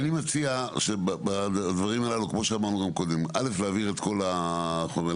אני מציע שבדברים הללו להעביר את כל החומר.